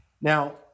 Now